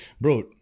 bro